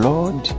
Lord